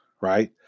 right